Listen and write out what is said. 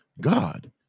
God